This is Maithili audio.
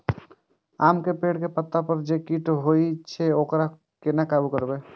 आम के पेड़ के पत्ता पर जे कीट होय छे वकरा केना काबू करबे?